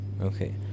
Okay